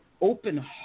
open